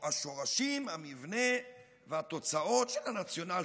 השורשים, המבנה והתוצאות של הנציונל-סוציאליזם.